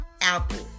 Apple